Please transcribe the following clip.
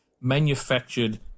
manufactured